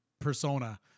persona